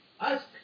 Ask